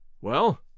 Well